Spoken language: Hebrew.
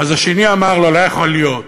ואז השני אמר לו: לא יכול להיות,